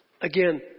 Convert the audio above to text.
Again